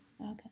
Okay